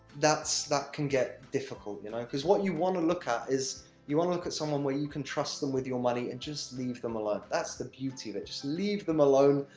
that can get difficult, you know because what you want to look at, is you want to look at someone, where you can trust them with your money, and just leave them alone. that's the beauty of it just leave them alone,